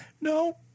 No